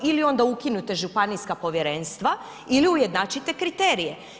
Ili onda ukinite županijska povjerenstva ili ujednačite kriterije.